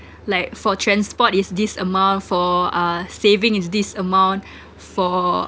like for transport is this amount for uh saving is this amount for